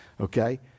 Okay